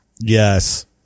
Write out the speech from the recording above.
Yes